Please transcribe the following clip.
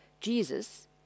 Jesus